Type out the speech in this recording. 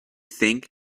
think